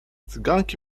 cyganki